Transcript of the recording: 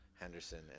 Henderson